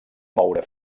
moure